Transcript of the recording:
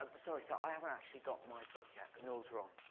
sorry sir, i haven't actually got my book yet. and nor has ron.